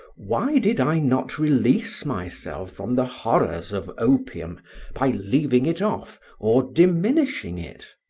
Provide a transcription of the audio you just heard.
why did i not release myself from the horrors of opium by leaving it off or diminishing it?